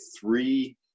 three